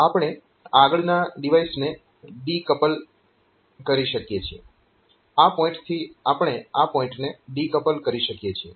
જેથી આપણે આગળનાં ડિવાઇસને ડીકપલ કરી શકીએ છીએ આ પોઇન્ટથી આપણે આ પોઇન્ટને ડીકપલ કરી શકીએ છીએ